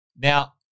Now